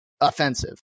offensive